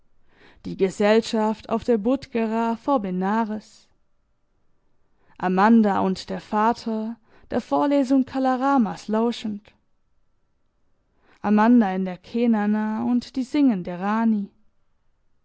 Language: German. die gesellschaft auf der budgera vor benares amanda und der vater der vorlesung kala ramas lauschend amanda in der cenana und die singende rani